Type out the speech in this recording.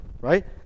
right